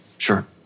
Sure